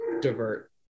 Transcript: Divert